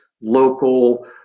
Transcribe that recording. local